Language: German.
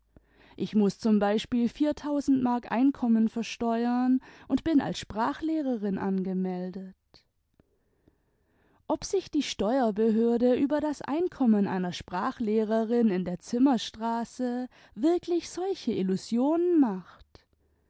ich muß zum beispiel viertausend mark einkommen versteuern und bin als sprachlehrerin angemeldet ob sich die steuerbehörde über das einkommen einer sprachlehrerin in der zimmerstraße wirklich solche illusionen macht